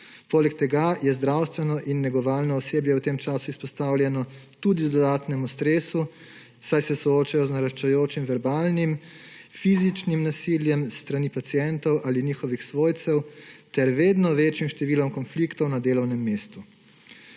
Poleg tega je zdravstveno in negovalno osebje v tem času izpostavljeno tudi dodatnemu stresu, saj se soočajo z naraščajočim verbalnim, fizičnim nasiljem s strani pacientov ali njihovih svojcev ter vedno večjim številom konfliktov na delovnem mestu.